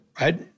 Right